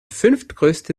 fünftgrößte